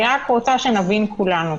אני רק רוצה שנבין כולנו,